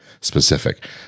specific